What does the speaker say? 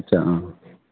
आटसा अह